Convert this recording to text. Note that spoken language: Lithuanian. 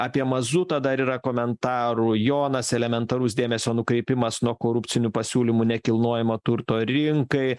apie mazutą dar yra komentarų jonas elementarus dėmesio nukreipimas nuo korupcinių pasiūlymų nekilnojamo turto rinkai